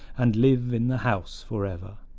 and live in the house forever.